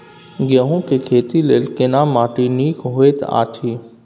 गेहूँ के खेती लेल केना माटी नीक होयत अछि?